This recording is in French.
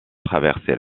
traversait